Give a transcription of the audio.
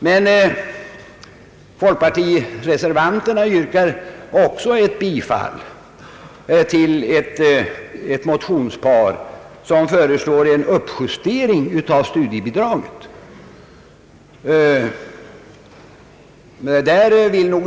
Men folkpartireservanterna yrkar också bifall till ett motionspar, i vilket föreslås en uppjustering av studiebidraget.